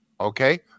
Okay